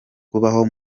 kubaho